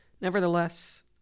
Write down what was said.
Nevertheless